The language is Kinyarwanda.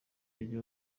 joy